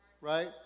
Right